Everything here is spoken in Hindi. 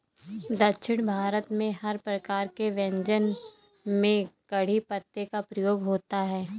दक्षिण भारत में हर प्रकार के व्यंजन में कढ़ी पत्ते का प्रयोग होता है